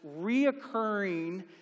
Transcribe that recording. reoccurring